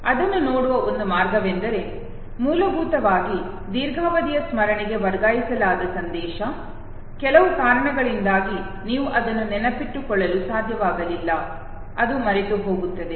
ಅದನ್ನು ನೋಡುವ ಒಂದು ಮಾರ್ಗವೆಂದರೆ ಮೂಲಭೂತವಾಗಿ ದೀರ್ಘಾವಧಿಯ ಸ್ಮರಣೆಗೆ ವರ್ಗಾಯಿಸಲಾದ ಸಂದೇಶ ಕೆಲವು ಕಾರಣಗಳಿಂದಾಗಿ ನೀವು ಅದನ್ನು ನೆನಪಿಟ್ಟುಕೊಳ್ಳಲು ಸಾಧ್ಯವಾಗಲಿಲ್ಲ ಅದು ಮರೆತುಹೋಗುತ್ತದೆ